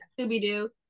Scooby-Doo